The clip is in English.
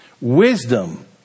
Wisdom